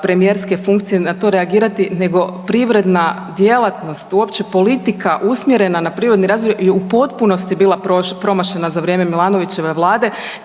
premijerske funkcije na to reagirati nego privredna djelatnost, uopće politika usmjerena na privredni razvoj je u potpunosti bila promašena za vrijeme Milanovićeve vlade